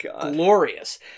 glorious